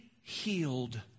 healed